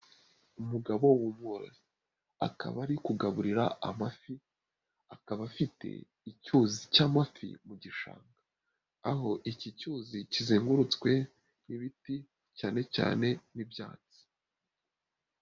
Umugabo w'umworozi akaba ari kugaburira amafi, akaba afite icyuzi cy'amafi mu gishanga, aho iki cyuzi kizengurutswe n'ibiti cyane cyane n'ibyatsi.